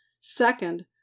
Second